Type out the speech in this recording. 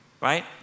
Right